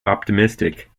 optimistic